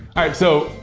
alright so,